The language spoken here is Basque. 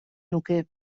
nuke